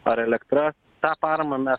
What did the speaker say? ar elektra tą paramą mes